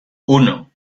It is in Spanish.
uno